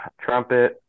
trumpet